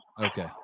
Okay